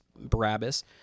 Barabbas